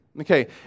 Okay